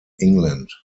england